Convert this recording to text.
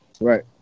Right